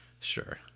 Sure